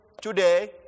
today